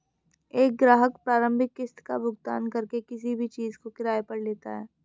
एक ग्राहक प्रारंभिक किस्त का भुगतान करके किसी भी चीज़ को किराये पर लेता है